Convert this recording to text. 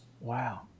Wow